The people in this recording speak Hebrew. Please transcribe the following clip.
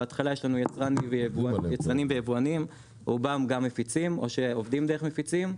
בהתחלה יש לנו יצרנים ויבואנים רובם גם מפיצים או שעובדים דרך מפיצים,